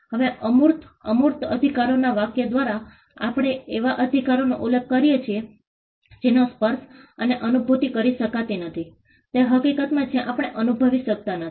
હવે અમૂર્ત અમૂર્ત અધિકારોના વાક્ય દ્વારા આપણે એવા અધિકારોનો ઉલ્લેખ કરીએ છીએ જેનો સ્પર્શ અને અનુભૂતિ કરી શકાતી નથી તે હકીકતમાં જે આપણે અનુભવી શકતા નથી